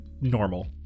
normal